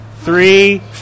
three